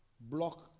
Block